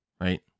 right